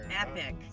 epic